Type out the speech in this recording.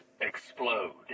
explode